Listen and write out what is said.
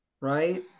right